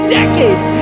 decades